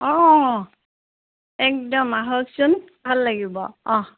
অঁ অঁ একদম আহকচোন ভাল লাগিব অহ